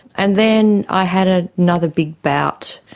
and then i had ah another big bout.